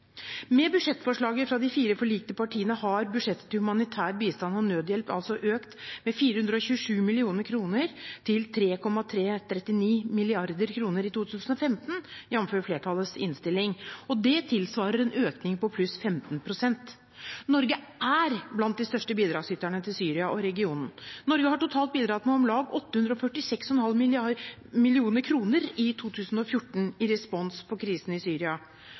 Med budsjettforslaget fra de fire forlikte partiene har budsjettet til humanitær bistand og nødhjelp økt med 427 mill. kr til 3, 339 mrd. kr i 2015, jf. flertallets innstilling. Det tilsvarer en økning på 15 pst. Norge er blant de største bidragsyterne til Syria og regionen. Norge har totalt bidratt med om lag 846,5 mill. kr i 2014 i respons på krisen i Syria.